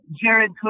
Jared